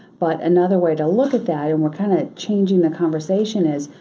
but another way to look at that, and we're kind of changing the conversation is,